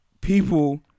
people